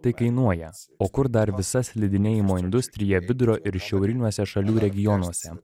tai kainuoja o kur dar visa slidinėjimo industrija vidurio ir šiauriniuose šalių regionuose